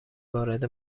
وارد